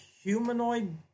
humanoid